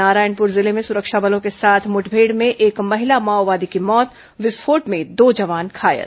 नारायणपुर जिले में सुरक्षा बलों के साथ मुठभेड़ में एक महिला माओवादी की मौत विस्फोट में दो जवान घायल